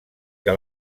que